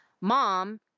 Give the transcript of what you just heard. mom